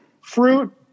Fruit